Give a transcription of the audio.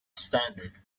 standard